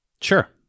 Sure